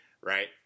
right